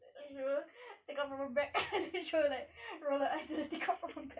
then she will take out from her bag and she will like roll her eyes and take out from her bag